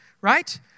Right